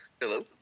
Hello